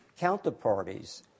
counterparties